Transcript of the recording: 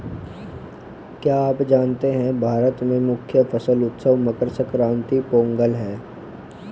क्या आप जानते है भारत में मुख्य फसल उत्सव मकर संक्रांति, पोंगल है?